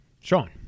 Sean